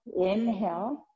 Inhale